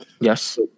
Yes